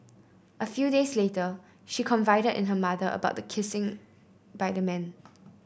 a few days later she confided in her mother about the kissing by the man